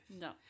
No